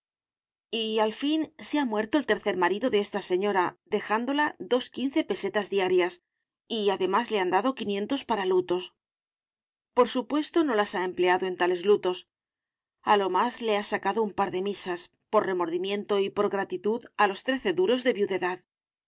y al fin se ha muerto el tercer marido de esta señora dejándola dos quince pesetas diarias y además le han dado quinientos para lutos por supuesto que no las ha empleado en tales lutos a lo más le ha sacado un par de misas por remordimiento y por gratitud a los trece duros de viudedad